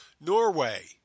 Norway